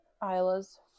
Isla's